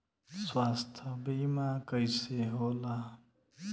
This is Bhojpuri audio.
स्वास्थ्य बीमा कईसे होला?